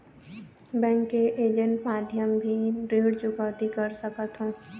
Bank के agent माध्यम भी ऋण चुकौती कर सकथों?